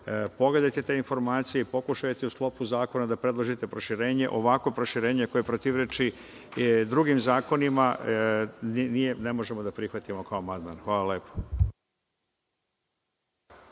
Pogledajte te informacije i pokušajte u sklopu zakona da predložite proširenje. Ovakvo proširenje koje protivreči drugim zakonima ne možemo da prihvatimo kao amandman. Hvala.